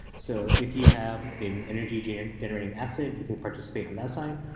so if you have an energy and generating asset, you can participate on that side,